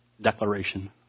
declaration